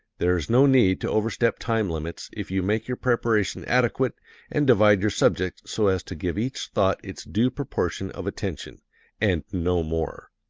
there is no need to overstep time-limits if you make your preparation adequate and divide your subject so as to give each thought its due proportion of attention and no more